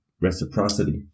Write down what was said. reciprocity